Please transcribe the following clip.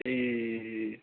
ए